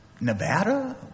Nevada